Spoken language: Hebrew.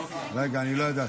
רגע, אני לא ידעתי.